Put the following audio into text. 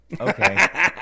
Okay